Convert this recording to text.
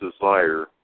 desire